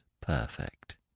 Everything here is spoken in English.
perfect